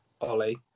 Ollie